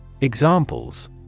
Examples